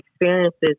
experiences